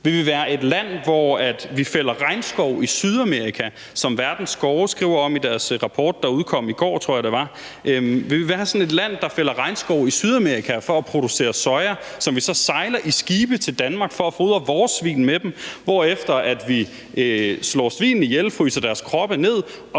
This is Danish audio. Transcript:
Vil vi være et land, der – som Verdens Skove skriver om i deres rapport, der udkom i går, tror jeg det var – fælder regnskov i Sydamerika for at producere soja, som vi så sejler i skibe til Danmark for at fodre vores svin med, hvorefter vi slår svinene ihjel, fryser deres kroppe ned